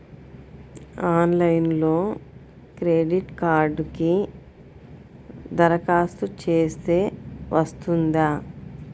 ఆన్లైన్లో క్రెడిట్ కార్డ్కి దరఖాస్తు చేస్తే వస్తుందా?